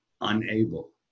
unable